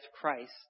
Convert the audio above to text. Christ